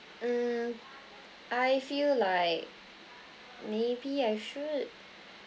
mm I feel like maybe I should